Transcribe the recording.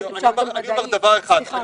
זה